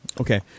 Okay